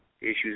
issues